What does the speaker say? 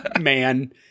man